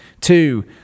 Two